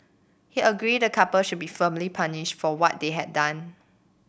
he agreed the couple should be firmly punished for what they had done